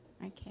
Okay